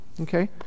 Okay